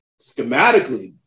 schematically